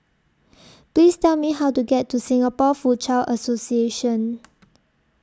Please Tell Me How to get to Singapore Foochow Association